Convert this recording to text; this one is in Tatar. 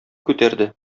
күтәрде